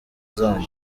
zanyu